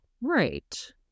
Right